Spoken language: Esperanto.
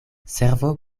servo